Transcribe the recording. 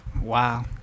Wow